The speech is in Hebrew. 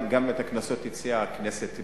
את קנסות היציאה הכנסת ביטלה,